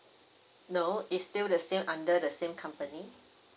no is still the same under the same company